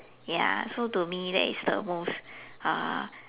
ya so to me that's the most